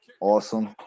awesome